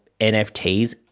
NFTs